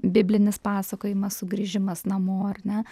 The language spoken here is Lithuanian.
biblinis pasakojimas sugrįžimas namo ar ne